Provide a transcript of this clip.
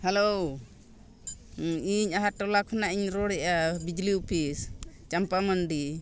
hello ᱤᱧ ᱟᱦᱟᱨ ᱴᱚᱞᱟ ᱠᱷᱚᱱᱟᱜ ᱤᱧ ᱨᱚᱲᱮᱫᱟ ᱵᱤᱡᱽᱞᱤ ᱚᱯᱷᱤᱥ ᱪᱟᱢᱯᱟ ᱢᱟᱱᱰᱤ